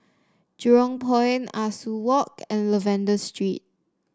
Jurong Point Ah Soo Walk and Lavender Street